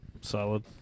Solid